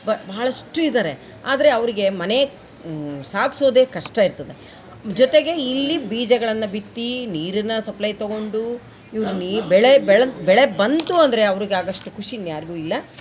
ಬ ಬಹಳಷ್ಟು ಇದಾರೆ ಆದರೆ ಅವರಿಗೆ ಮನೆ ಸಾಗಿಸೋದೆ ಕಷ್ಟ ಇರ್ತದೆ ಜೊತೆಗೆ ಇಲ್ಲಿ ಬೀಜಗಳನ್ನು ಬಿತ್ತಿ ನೀರಿನ್ನ ಸಪ್ಲೈ ತೊಗೊಂಡು ಬೆಳೆ ಬೆಳ್ದು ಬೆಳೆ ಬಂತು ಅಂದರೆ ಅವರಿಗೆ ಆಗೋಷ್ಟ್ ಖುಷಿ ಇನ್ನುಯಾರಿಗೂ ಇಲ್ಲ